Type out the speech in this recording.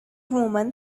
woman